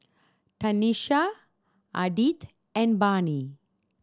Tanesha Ardith and Barnie